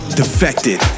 defected